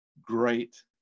great